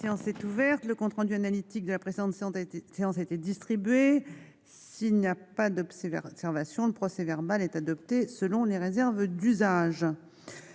La séance est ouverte. Le compte rendu analytique de la précédente séance a été distribué. Il n'y a pas d'observation ?... Le procès-verbal est adopté sous les réserves d'usage.